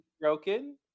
broken